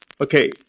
Okay